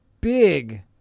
big